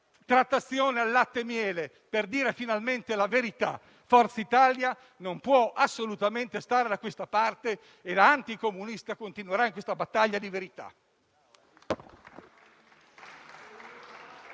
trattazione al latte e miele per dire finalmente la verità. Forza Italia non può assolutamente stare da questa parte e, da anticomunista, continuerà in questa battaglia di verità.